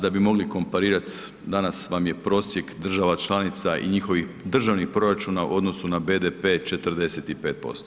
Da bi mogli komparirati danas vam je prosjek država članica i njihovih državnih proračuna u odnosu na BDP 45%